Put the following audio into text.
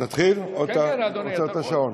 להתחיל, או שאתה עצרת את השעון?